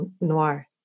noir